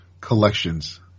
collections